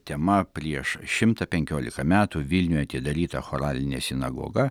tema prieš šimtą penkiolika metų vilniuje atidaryta choralinė sinagoga